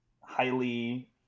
highly